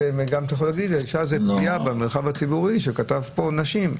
אתם גם תוכלו להגיד שישנה איזו פגיעה במרחב הציבורי שכתבו פה "נשים".